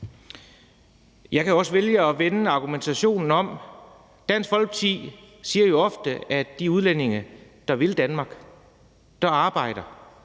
Jeg kan også vælge at vende argumentationen om: Dansk Folkeparti siger jo ofte, at de udlændinge, der vil Danmark, der arbejder,